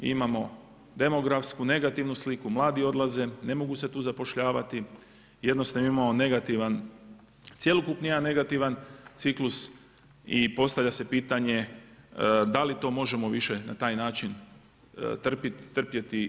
Imamo demografsku, negativnu sliku, mlade odlaze, ne mogu se tu zapošljavati, jednostavno imamo negativan, cjelokupni jedan negativan ciklus i postavlja se pitanje, da li to možemo više, na taj način trpjeti.